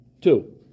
two